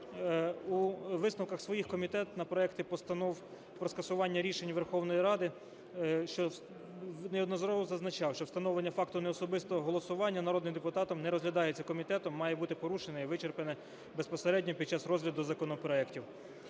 У висновках своїх комітет на проекти постанов про скасування рішень Верховної Ради неодноразово зазначав, що встановлення факту неособистого голосування народним депутатом не розглядається комітетом, має бути порушене і вичерпане безпосередньо під час розгляду законопроектів.